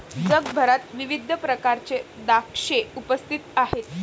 जगभरात विविध प्रकारचे द्राक्षे उपस्थित आहेत